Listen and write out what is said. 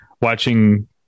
watching